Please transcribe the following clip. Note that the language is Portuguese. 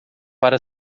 para